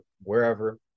wherever